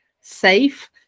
safe